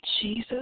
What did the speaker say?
Jesus